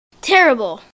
Terrible